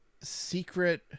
secret